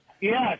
Yes